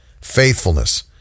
faithfulness